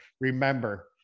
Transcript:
remember